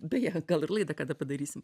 beje gal ir laidą kada padarysim